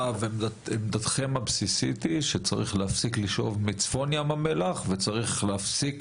עמדתכם הבסיסית היא שצריך להפסיק לשאוב מצפון ים המלח וצריך להמשיך